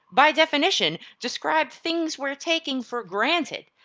by definition, describe things we're taking for granted.